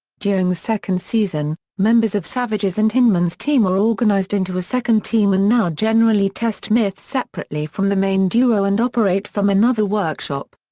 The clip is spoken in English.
during the second season, members of savage's and hyneman's team were organized into a second team and now generally test myths separately from the main duo and operate from another workshop.